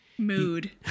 mood